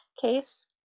case